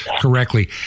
correctly